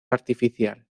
artificial